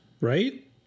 right